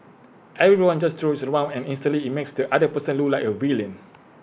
everyone just throws IT around and instantly IT makes the other person look like A villain